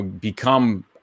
become